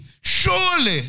surely